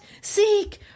seek